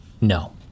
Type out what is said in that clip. No